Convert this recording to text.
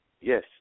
yes